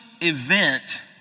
event